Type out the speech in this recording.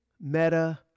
Meta